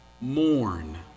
mourn